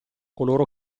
coloro